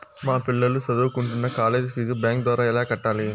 మా పిల్లలు సదువుకుంటున్న కాలేజీ ఫీజు బ్యాంకు ద్వారా ఎలా కట్టాలి?